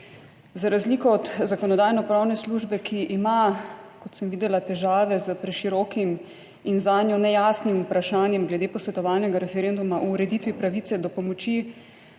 Za razliko od Zakonodajno-pravne službe, ki ima, kot sem videla, težave s preširokim in zanjo nejasnim vprašanjem glede posvetovalnega referenduma o ureditvi pravice do pomoči